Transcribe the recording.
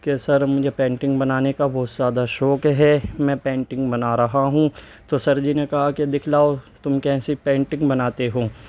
کہ سر مجھے پینٹنگ بنانے کا بہت زیادہ شوق ہے میں پینٹنگ بنا رہا ہوں تو سر جی نے کہا کہ دکھلاؤ تم کیسی پینٹنگ بناتے ہو